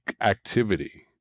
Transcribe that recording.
activity